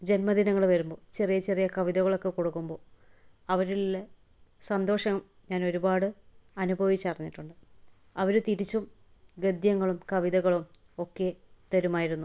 ജന്മദിനങ്ങൾ വരുമ്പോൾ ചെറിയ ചെറിയ കവിതകളൊക്കെ കൊടുക്കുമ്പോൾ അവരിൽ സന്തോഷം ഞാൻ ഒരുപാട് അനുഭവിച്ചറിഞ്ഞിട്ടുണ്ട് അവർ തിരിച്ചും ഗദ്യങ്ങളും കവിതകളും ഒക്കെ തരുമായിരുന്നു